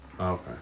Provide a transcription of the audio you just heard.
Okay